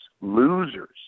losers